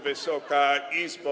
Wysoka Izbo!